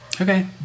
Okay